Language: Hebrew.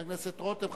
חבר הכנסת רותם.